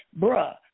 bruh